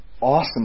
awesome